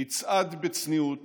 נצעד בצניעות